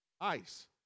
ice